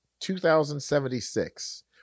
2076